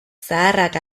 zaharrak